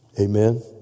amen